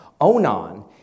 Onan